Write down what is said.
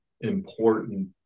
important